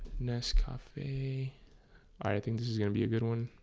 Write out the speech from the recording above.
nescafe i think this is gonna be a good one